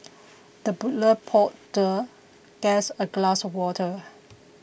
the butler poured the guest a glass of water